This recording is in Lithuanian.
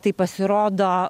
tai pasirodo